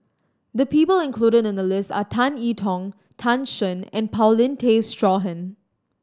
the people included in the list are Tan I Tong Tan Shen and Paulin Tay Straughan